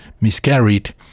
miscarried